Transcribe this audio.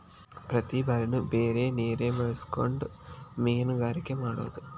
ಪ್ರತಿ ಬಾರಿನು ಬೇರೆ ನೇರ ಬಳಸಕೊಂಡ ಮೇನುಗಾರಿಕೆ ಮಾಡುದು